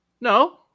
No